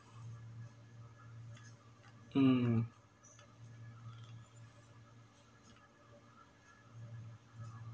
mm